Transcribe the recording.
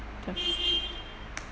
to